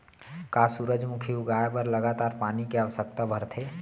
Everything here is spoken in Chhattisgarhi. का सूरजमुखी उगाए बर लगातार पानी के आवश्यकता भरथे?